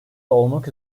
olmak